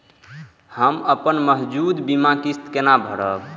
हम अपन मौजूद बीमा किस्त केना भरब?